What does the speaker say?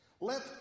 let